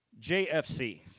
JFC